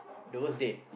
lower six